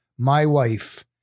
MYWiFE